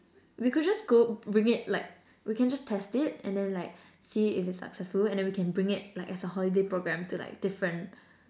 we could just go bring it like we can just test it and then like see if it's successful and we can bring it like as a holiday program to like different